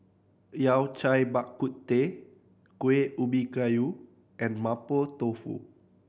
Yao Cai Bak Kut Teh Kuih Ubi Kayu and Mapo Tofu